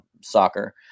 soccer